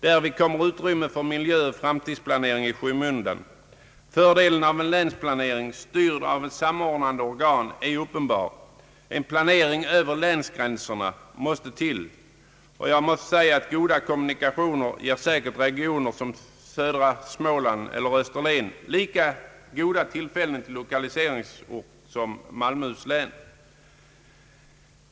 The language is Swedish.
Därvid kommer utrymmet för miljö och framtidsplanering i skymundan. Fördelen av en länsplanering styrd av ett samordnande organ är uppenbar. En planering över länsgränserna måste till. Goda kommunikationer ger säkert regioner som södra Småland eller Österlen lika goda möjligheter att bli lokaliseringsorter som malmölänet.